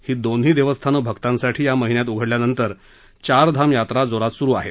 ही दोन्ही देवस्थानं भक्तांसाठी या महिन्यात उघडल्यानंतर चारधाम यात्रा जोरात सुरु आहेत